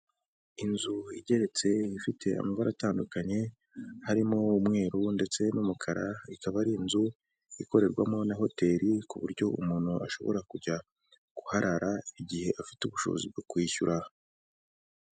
Inzu igeretse ifite amabara atandukanye, harimo umweru ndetse n'umukara, ikaba ari inzu ikorerwamo na hoteli ku buryo umuntu ashobora kujya kuharara igihe afite ubushobozi bwo kwiyishyura.